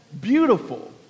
beautiful